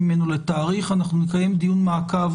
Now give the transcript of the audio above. יתקיים דיון מעקב